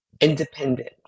independent